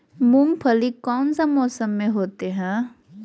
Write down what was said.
मूंगफली कौन सा मौसम में होते हैं?